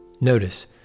Notice